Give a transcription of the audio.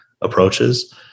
approaches